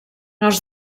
els